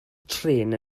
trên